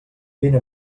vine